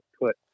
put